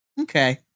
Okay